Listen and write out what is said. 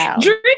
Drink